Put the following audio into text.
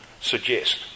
suggest